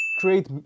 create